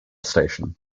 station